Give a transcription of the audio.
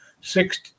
six